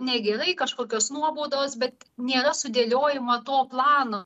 negerai kažkokios nuobaudos bet nėra sudėliojimo to plano